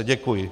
Děkuji.